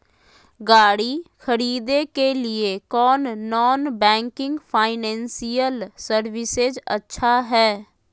गाड़ी खरीदे के लिए कौन नॉन बैंकिंग फाइनेंशियल सर्विसेज अच्छा है?